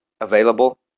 available